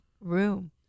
room